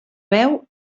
veu